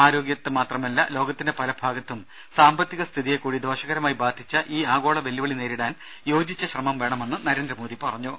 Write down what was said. ആരോഗ്യത്തെ മാത്രമല്ല ലോകത്തിന്റെ പല ഭാഗത്തും സാമ്പത്തിക സ്ഥിതിയെ കൂടി ദോഷകരമായി ബാധിച്ച ഈ ആഗോള വെല്ലുവിളി നേരിടാൻ യോജിച്ച ശ്രമം വേണമെന്ന് നരേന്ദ്രമോദി പറഞ്ഞു